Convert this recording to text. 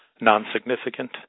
non-significant